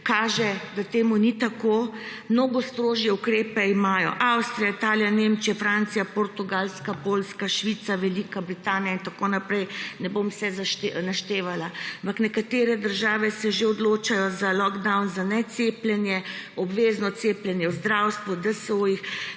kaže, da temu ni tako. Mnogo strožje ukrepe imajo Avstrija, Italija, Nemčija, Francija, Portugalska, Poljska, Švica, Velika Britanija in tako naprej, ne bom vse naštevala. Ampak nekatere države se že odločajo za lockdown za necepljene, obvezno cepljenje v zdravstvu, DSO. Pri